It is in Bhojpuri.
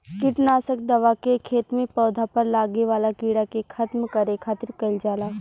किट नासक दवा के खेत में पौधा पर लागे वाला कीड़ा के खत्म करे खातिर कईल जाला